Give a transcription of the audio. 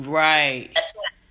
right